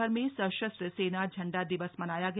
प्रदेशभर में सशस्त्र सेना झंडा दिवस मनाया गया